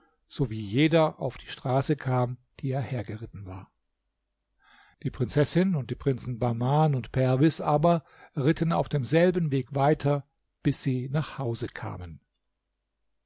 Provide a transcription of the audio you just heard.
sowie jeder auf die straße kam die er hergeritten war die prinzessin und die prinzen bahman und perwis aber ritten auf demselben weg weiter bis sie nach hause kamen